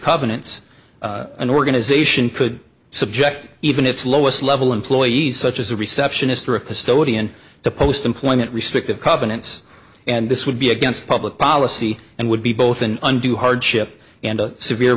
covenants an organization could subject even its lowest level employees such as a receptionist or a facility in the post employment restrictive covenants and this would be against public policy and would be both an undue hardship and a severe